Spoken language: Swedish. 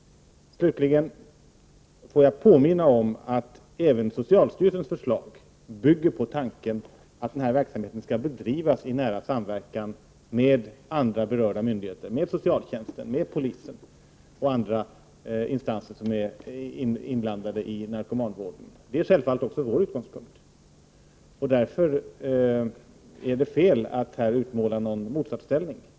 Låt mig slutligen påminna om att även socialstyrelsens förslag bygger på tanken att verksamheten skall bedrivas i nära samverkan med andra berörda myndigheter — med socialtjänsten, med polisen och andra instanser som är inblandade i narkomanvården. Det är självfallet också vår utgångspunkt. Därför är det fel att här måla upp någon motsättning.